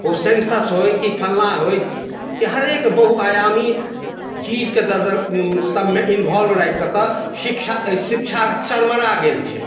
ओ census होय कि फलना होय कि हरेक बहुआयामी चीज कऽ दऽचीज सबमे इन्वोल्व राखि कऽ शिक्षा शिक्षा चरमरा गेल छै